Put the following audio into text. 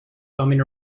bumming